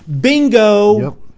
Bingo